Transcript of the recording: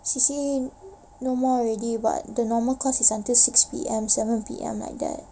C_C_A no more already but the normal class is until six P_M seven P_M like that